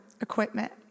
equipment